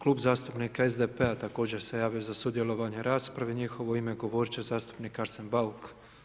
Klub zastupnika SDP-a također se javio za sudjelovanje u raspravi, u njihovo ime govoriti će zastupnika Arsen Bauk.